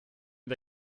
mit